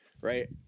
right